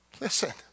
Listen